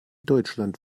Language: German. deutschland